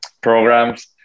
programs